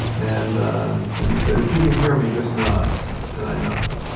and and he said, if you can hear me, just nod and i nodded.